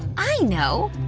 i know!